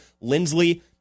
Lindsley